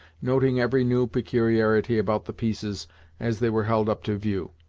noting every new peculiarity about the pieces as they were held up to view.